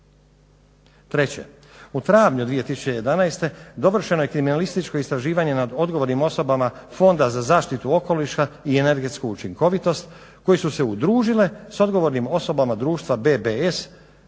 Treće, u travnju 2011. dovršeno je kriminalističko istraživanje nad odgovornim osobama Fonda za zaštitu okoliša i energetsku učinkovitost koji su se udružile s odgovornim osobama društva BBS,